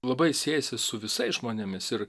labai siejasi su visais žmonėmis ir